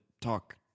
talk